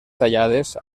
tallades